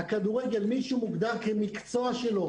החזרה היא רק למי שזה מוגדר כמקצוע שלו